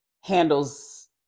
handles